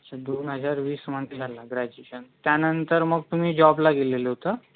अच्छा दोन हजार वीसमध्ये झालं ग्रॅजुएशन त्यानंतर मग तुम्ही जॉबला गेलेले होतं